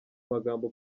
magambo